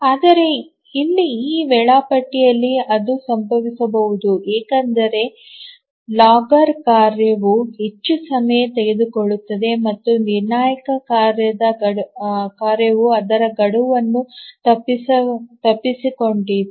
ಆದರೆ ಇಲ್ಲಿ ಈ ವೇಳಾಪಟ್ಟಿಯಲ್ಲಿ ಅದು ಸಂಭವಿಸಬಹುದು ಏಕೆಂದರೆ ಲಾಗರ್ ಕಾರ್ಯವು ಹೆಚ್ಚು ಸಮಯ ತೆಗೆದುಕೊಳ್ಳುತ್ತದೆ ಮತ್ತು ನಿರ್ಣಾಯಕ ಕಾರ್ಯವು ಅದರ ಗಡುವನ್ನು ತಪ್ಪಿಸಿಕೊಂಡಿದೆ